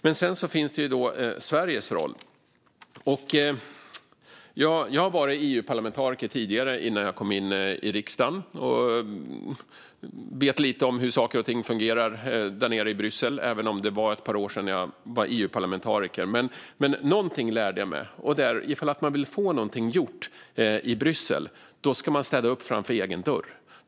Det handlar också om Sveriges roll. Jag var EU-parlamentariker innan jag kom in i riksdagen och vet lite om hur saker och ting fungerar där nere i Bryssel, även om det var ett par år sedan jag var EU-parlamentariker. Någonting lärde jag mig, nämligen att om man vill få någonting gjort i Bryssel ska man städa upp framför egen dörr.